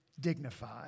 dignified